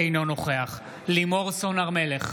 אינו נוכח לימור סון הר מלך,